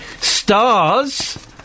Stars